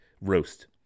roast